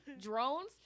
drones